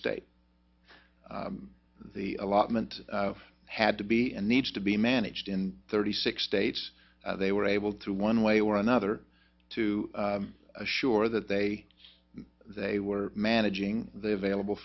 state the allotment had to be and needs to be managed in thirty six states they were able to one way or another to assure that they they were managing the available